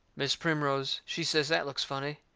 mis' primrose, she says that looks funny.